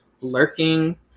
lurking